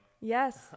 yes